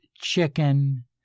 chicken